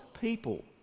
people